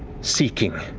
seeking.